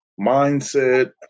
mindset